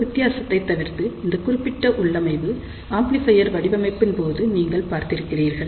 ஒரு வித்தியாசத்தை தவிர்த்து இந்த குறிப்பிட்ட உள்ளமை ஆம்ப்ளிபையர் வடிவமைப்பின் போது நீங்கள் பார்த்திருக்கிறீர்கள்